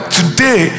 today